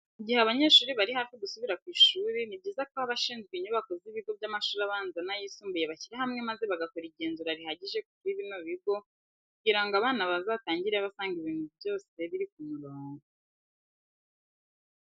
Mu gihe abanyeshuri bari hafi gusubira ku ishuri, ni byiza ko abashinzwe inyubako z'ibigo by'amashuri abanza n'ayisumbuye bashyira hamwe maze bagakora igenzura rihagije kuri bino bigo kugira ngo abana bazatangire basanga ibintu bose biri ku murongo.